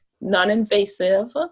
non-invasive